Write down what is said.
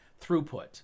throughput